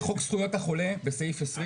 חוק זכויות החולה בסעיף 20